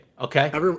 Okay